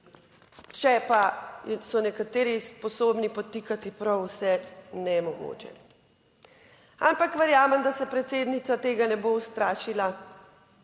če pa so nekateri sposobni podtikati prav vse nemogoče. Ampak verjamem, da se predsednica tega ne bo ustrašila